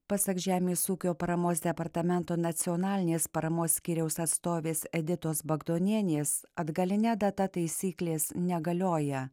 pasak žemės ūkio paramos departamento nacionalinės paramos skyriaus atstovės editos bagdonienės atgaline data taisyklės negalioja